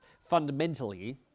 fundamentally